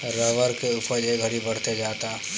rubber के उपज ए घड़ी बढ़ते जाता